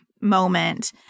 moment